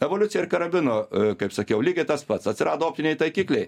evoliucija ir karabino kaip sakiau lygiai tas pats atsirado optiniai taikikliai